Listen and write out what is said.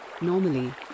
Normally